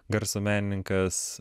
garso menininkas